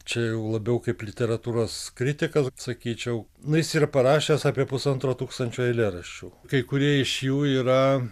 čia jau labiau kaip literatūros kritikas sakyčiau na jis yra parašęs apie pusantro tūkstančio eilėraščių kai kurie iš jų yra